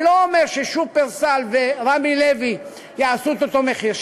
אני לא אומר ש"שופרסל" ו"רמי לוי" יקבעו את אותו מחיר,